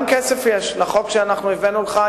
גם כסף יש לחוק שאנחנו הבאנו לך,